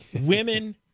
Women